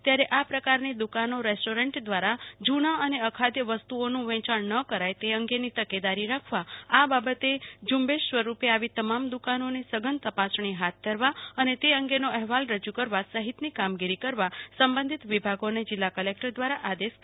ત્યારે આ પ્રકારની દુકાનોરેસ્ટોરન્ટ ક્રારા જુની અને અખાધ વસ્તુ ઓનું વેચાણ ન કરાય તે અંગેની તકેદારી રાખવા આ બાબતે ઋેશ સ્વરૂપે આવી તમામ દુકાનોની સઘન તપાસણી હાથ ધરવા અને તે અંગેનો અહેવાલ રજુ કરવા સહિતની કામગીરી કરવા સંબંધિત વિભાગોને જિલ્લા કલેક્ટર દ્રારા આદેશ કરાયા છે